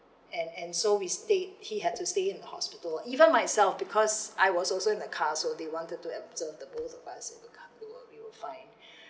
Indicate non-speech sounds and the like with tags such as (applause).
and and so we stayed he had to stay in hospital even myself because I was also in the car so they wanted to observe the both of us we were fine (breath)